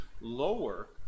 lower